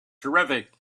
terrific